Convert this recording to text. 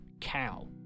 cow